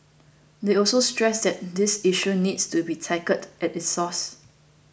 they also stressed that this issue needs to be tackled at its source